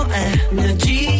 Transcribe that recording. energy